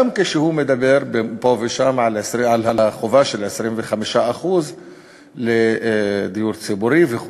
גם כשהוא מדבר פה ושם על החובה של 25% לדיור ציבורי וכו'.